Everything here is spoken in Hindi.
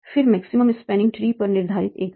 फिर मैक्सिमम स्पैनिंग ट्री पर आधारित एक विधि